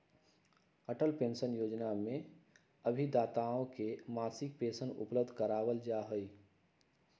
Atal pension योजना में अभिदाताओं के मासिक पेंशन उपलब्ध करावल जाहई